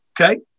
Okay